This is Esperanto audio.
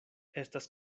estas